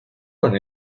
con